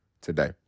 today